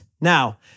Now